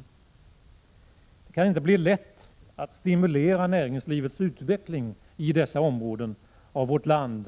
Med en sådan politik kan det inte bli lätt att stimulera näringslivets utveckling i dessa områden av vårt land.